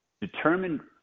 determine